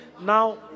now